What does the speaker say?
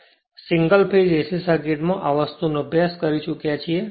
તેથી આ તે સિંગલ ફેઝ એસી સર્કિટમાં આ જ વસ્તુનો અભ્યાસ કરી ચૂક્યા છીએ